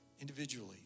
individually